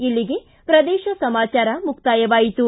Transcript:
ಇಲ್ಲಿಗೆ ಪ್ರದೇಶ ಸಮಾಚಾರ ಮುಕ್ತಾಯವಾಯಿತು